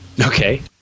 Okay